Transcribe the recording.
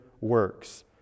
works